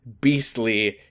Beastly